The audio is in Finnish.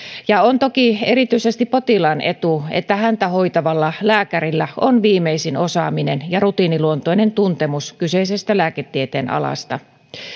ja on toki erityisesti potilaan etu että häntä hoitavalla lääkärillä on viimeisin osaaminen ja rutiiniluontoinen tuntemus kyseisestä lääketieteen alasta